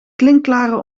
klinkklare